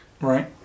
right